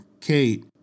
Kate